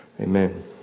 Amen